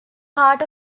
part